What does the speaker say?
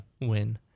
win